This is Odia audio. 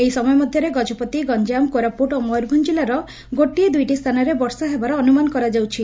ଏହି ସମୟ ମଧ୍ଧରେ ଗଜପତି ଗଞାମ କୋରାପୁଟ ଓ ମୟରଭଞା ଜିଲ୍ଲାର ଗୋଟିଏ ଦୁଇଟି ସ୍ଥାନରେ ବର୍ଷା ହେବାର ଅନୁମାନ କରାଯାଉଛି